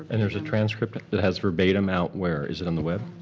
and there's a transcript. it has verbatim out. where, is it on the web?